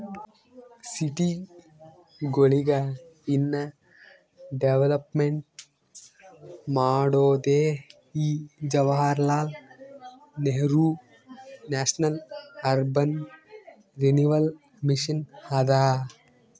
ಸಿಟಿಗೊಳಿಗ ಇನ್ನಾ ಡೆವಲಪ್ಮೆಂಟ್ ಮಾಡೋದೇ ಈ Jawaharlal Nehru national urban renewal mission ಅದಾ